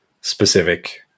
specific